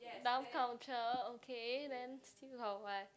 Dove Culture okay then still got what